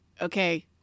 okay